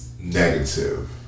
negative